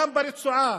גם ברצועה,